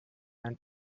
ein